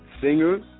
singers